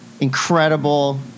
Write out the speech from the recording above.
incredible